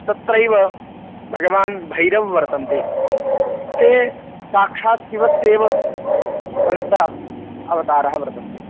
तत्रैव भगवान् भैरवः वर्तन्ते ते साक्षात् शिवस्य एव अन्त अवतारः वर्तन्ते